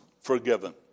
forgiven